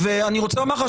אני רוצה לומר לך,